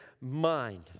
mind